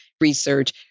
research